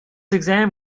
exam